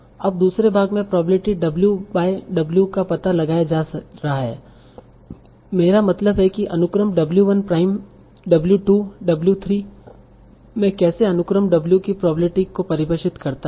अब दूसरे भाग में प्रोबेब्लिटी W बाय W का पता लगाया जा रहा है मेरा मतलब है कि अनुक्रम W 1 प्राइम W 2 W 3 मैं कैसे अनुक्रम W की प्रोबेब्लिटी को परिभाषित करता हूं